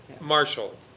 Marshall